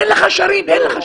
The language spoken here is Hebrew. אין לך שם ערים גדולות.